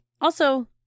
Also-